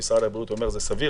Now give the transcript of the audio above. משרד הבריאות אומר שזה דבר סביר.